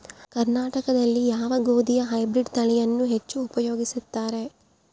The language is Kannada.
ಕರ್ನಾಟಕದಲ್ಲಿ ಯಾವ ಗೋಧಿಯ ಹೈಬ್ರಿಡ್ ತಳಿಯನ್ನು ಹೆಚ್ಚು ಉಪಯೋಗಿಸುತ್ತಾರೆ?